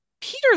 peter